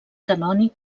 canònic